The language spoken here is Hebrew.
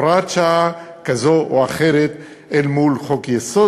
הוראת שעה כזו או אחרת אל מול חוק-יסוד,